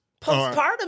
postpartum